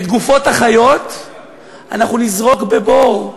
את גופות החיות אנחנו נזרוק בבור,